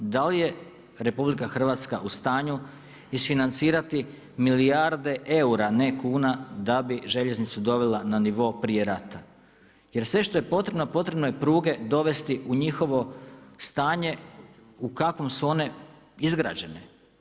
Da li je RH u stanju isfinancirati milijarde eura, ne kuna, da bi željeznicu dovela na nivo prije rata jer sve što je potrebno, potrebno je pruge dovesti u njihovo stanje u kakvom su one izgrađene.